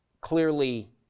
clearly